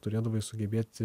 turėdavai sugebėti